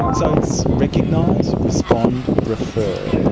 but so it's recognise, respond, refer.